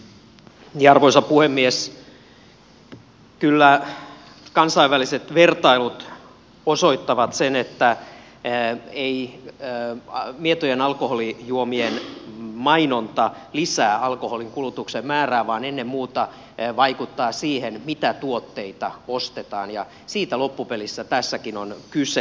kyllä kansainväliset vertailut osoittavat sen että ei mietojen alkoholijuomien mainonta lisää alkoholinkulutuksen määrää vaan ennen muuta vaikuttaa siihen mitä tuotteita ostetaan ja siitä loppupelissä tässäkin on kyse